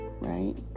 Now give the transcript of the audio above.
Right